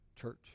church